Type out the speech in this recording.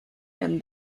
and